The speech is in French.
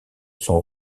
sont